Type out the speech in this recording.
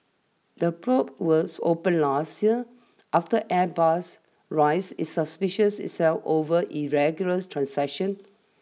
the probes was opened last year after Airbus rise its suspicions itself over irregulars transactions